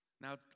Now